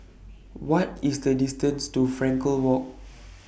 What IS The distance to Frankel Walk